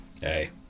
Hey